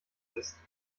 ist